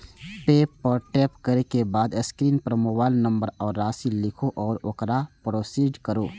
पे पर टैप करै के बाद स्क्रीन पर मोबाइल नंबर आ राशि लिखू आ ओकरा प्रोसीड करू